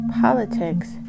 Politics